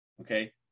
Okay